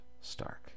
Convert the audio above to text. Stark